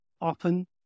often